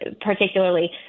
particularly